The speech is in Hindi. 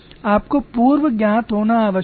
आपको पूर्व ज्ञान होना आवश्यक है